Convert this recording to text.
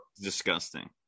disgusting